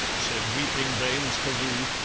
said weeping baines carew,